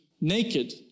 naked